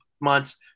months